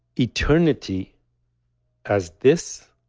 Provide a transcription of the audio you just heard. eternity as this?